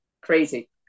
Crazy